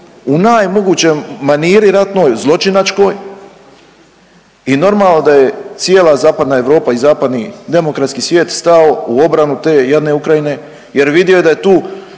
u najmogućem maniri ratnoj zločinačkoj i normalno da je cijela Zapadna Europa i zapadni demokratski svijet stao u obranu te jadne Ukrajine jer vidio je da je tu